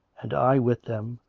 and i with them.